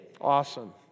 Awesome